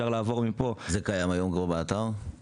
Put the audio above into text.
זה קיים היום כבר באתר הר הביטוח?